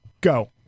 go